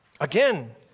Again